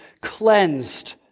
cleansed